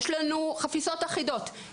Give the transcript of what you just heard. יש לנו חפיסות אחידות,